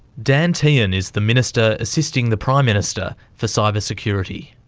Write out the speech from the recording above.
dan tehan is the minister assisting the prime minister for cyber security.